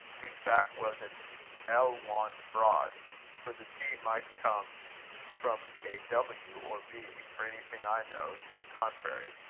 whose back was an ellwand-broad for the g might come from a w or v, for anything i know to the contrary.